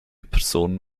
personen